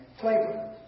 flavor